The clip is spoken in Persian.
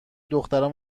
دختران